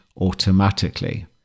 automatically